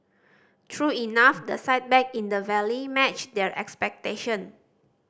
true enough the sight back in the valley matched their expectation